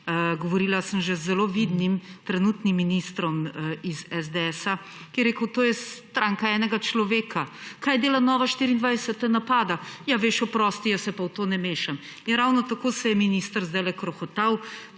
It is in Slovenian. Govorila sem že z zelo vidnim trenutnim ministrov iz SDS, ki je rekel, to je stranka enega človeka. Kaj dela Nova24TV – napada! Ja veš, oprosti, jaz se pa v to ne mešam. In ravno tako se je minister zdajle krohotal,